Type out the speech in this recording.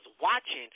watching